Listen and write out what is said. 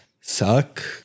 suck